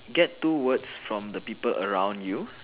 get two words from the people around you